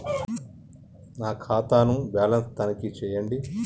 నా ఖాతా ను బ్యాలన్స్ తనిఖీ చేయండి?